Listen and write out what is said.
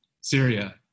Syria